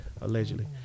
allegedly